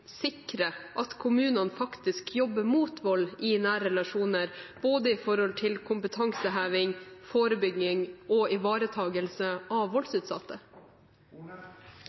sikre at kommunene faktisk jobber mot vold i nære relasjoner, når det gjelder både kompetanseheving, forebygging og ivaretakelse av voldsutsatte?